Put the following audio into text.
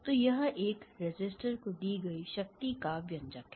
तो यह एक रेसिस्टर को दी गई शक्ति का व्यंजक है